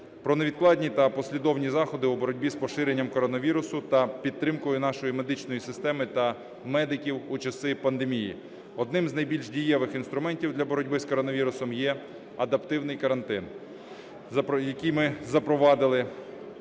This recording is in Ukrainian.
про невідкладні та послідовні заходи у боротьбі з поширенням коронавірусу та підтримкою нашої медичної системи та медиків у часи пандемії. Одним з найбільш дієвих інструментів для боротьби з коронавірусом є адаптивний карантин, який ми запровадили.